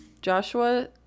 Joshua